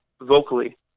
vocally